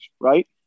right